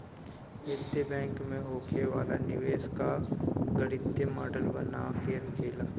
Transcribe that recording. वित्तीय बैंक में होखे वाला निवेश कअ गणितीय मॉडल बना के रखेला